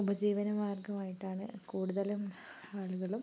ഉപജീവനമാർഗ്ഗമായിട്ടാണ് കൂടുതലും ആളുകളും